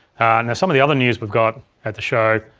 now some of the other news we've got at the show,